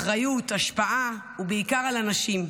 אחריות, השפעה, ובעיקר על אנשים.